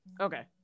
Okay